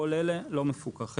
כל אלה לא מפוקחים.